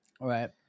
right